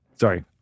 Sorry